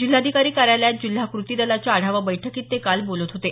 जिल्हाधिकारी कार्यालयात जिल्हा क्रती दलाच्या आढावा बैठकीत ते काल बोलत होते